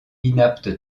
inapte